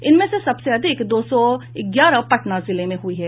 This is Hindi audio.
इनमें से सबसे अधिक दो सौ ग्यारह पटना जिले में हुई है